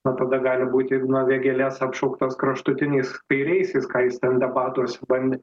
na tada gali būti igno vėgėlės apšauktas kraštutiniais kairiaisiais ką jis ten debatuose bandė